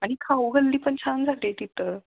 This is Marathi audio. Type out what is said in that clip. आणि खाऊगल्ली पण छान झाले तिथं